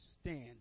stand